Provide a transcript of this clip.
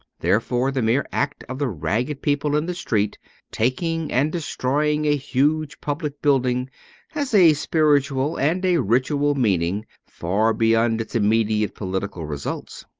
therefore the mere act of the ragged people in the street taking and destroying a huge public building has a spiritual, and a ritual, meaning far beyond its immediate political results.